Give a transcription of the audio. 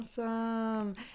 awesome